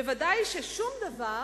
ודאי ששום דבר